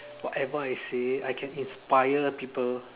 whatever I say I can inspire people